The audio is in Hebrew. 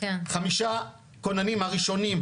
חמישה כוננים הראשונים,